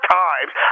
times